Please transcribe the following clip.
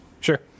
Sure